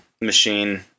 machine